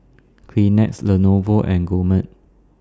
Kleenex Lenovo and Gourmet